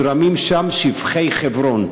כי מוזרמים שם שפכי חברון.